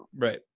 right